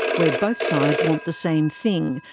where both sides want the same thing,